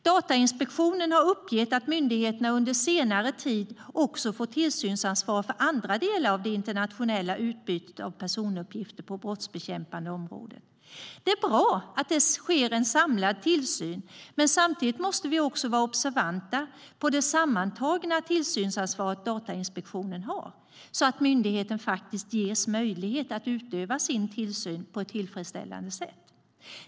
Datainspektionen har uppgett att myndigheterna under senare tid också fått tillsynsansvar för andra delar av det internationella utbytet av personuppgifter på brottsbekämpande områden. Det är bra att det sker en samlad tillsyn, men samtidigt måste vi också vara observanta på det sammantagna tillsynsansvaret Datainspektionen har så att myndigheten faktiskt ges möjlighet att utöva sin tillsyn på ett tillfredsställande sätt.